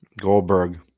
Goldberg